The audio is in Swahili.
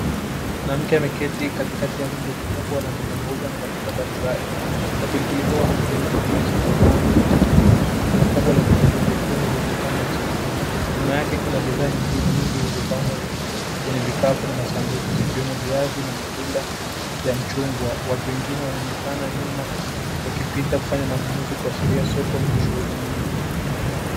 Mwanamke ameketi katikati ya rundo kubwa la mbogamboga na matunda mbalimbali na pilipili hoho za kijani kibichi, matango, nyanya, chungu kubwa la vitunguu vyekundu vilivyopangwa chini. Nyuma yake kuna bidhaa nyingine nyingi zilizopangwa kwenye vikapu na masanduku, zikiwemo viazi na matunda ya mchungwa. Watu wengine wanaonekana nyuma wakipita kufanya manunuzi, kuashiria soko lenye shughuli nyingi.